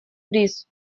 бриз